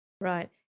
right